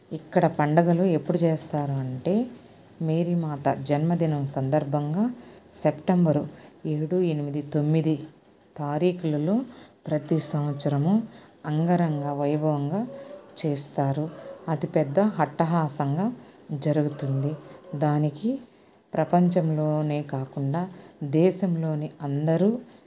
ఇక్కడ పండగలు ఎప్పుడు చేస్తారు అంటే మేరీ మాత జన్మదినం సందర్భంగా సెప్టెంబరు ఏడు ఎనిమిది తొమ్మిది తారీఖులలో ప్రతి సంవత్సరము అంగరంగ వైభవంగా చేస్తారు అతిపెద్ద హట్టహాసంగా జరుగుతుంది దానికి ప్రపంచంలోకాకుండా దేశంలోని అందరు